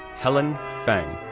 helen feng,